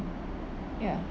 ya